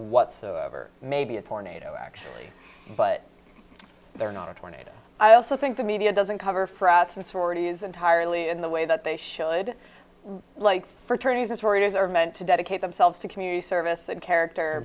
whatsoever maybe a tornado actually but they're not a tornado i also think the media doesn't cover frats and sororities entirely in the way that they showed like fraternities and sororities are meant to dedicate themselves to community service and character